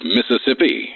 Mississippi